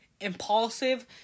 impulsive